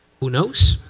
who knows?